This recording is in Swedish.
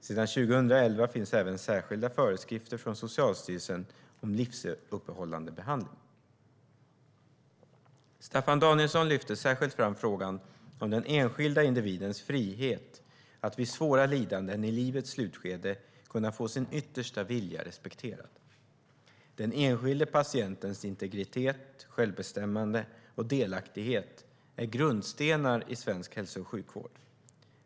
Sedan 2011 finns även särskilda föreskrifter från Socialstyrelsen om livsuppehållande behandling. Staffan Danielsson lyfter särskilt fram frågan om den enskilda individens frihet att vid svåra lidanden i livets slutskede kunna få sin yttersta vilja respekterad. Den enskilde patientens integritet, självbestämmande och delaktighet är grundstenar i svensk hälso och sjukvård.